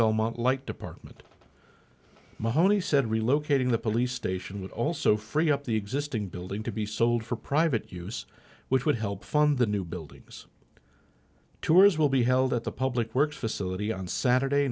belmont light department mahoney said relocating the police station would also free up the existing building to be sold for private use which would help fund the new buildings tours will be held at the public works facility on saturday